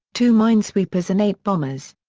two minesweepers and eight bombers.